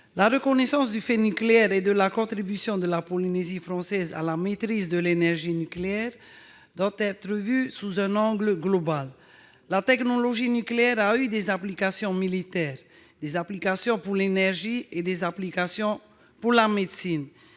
La reconnaissance du fait nucléaire et de la contribution de la Polynésie française à la maîtrise de l'énergie nucléaire doit être vue sous un angle global. La technologie nucléaire a eu des applications militaires, des applications pour l'énergie et des applications pour la médecine.